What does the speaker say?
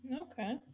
Okay